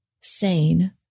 sane